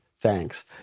Thanks